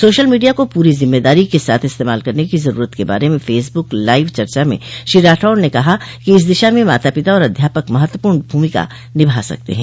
social media को पूरी जिम्मेदारी के साथ इस्तेमाल करने की जरूरत के बारे में फसब्क लाइव चर्चा में श्री राठौड़ ने कहा कि इस दिशा में माता पिता और अध्यापक महत्वपूर्ण भूमिका निभा सकते हैं